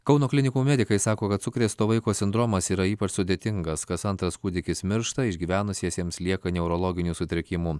kauno klinikų medikai sako kad sukrėsto vaiko sindromas yra ypač sudėtingas kas antras kūdikis miršta išgyvenusiesiems lieka neurologinių sutrikimų